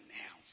now